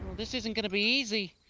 this isn't gonna be easy.